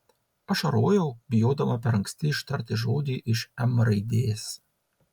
ašarojau bijodama per anksti ištarti žodį iš m raidės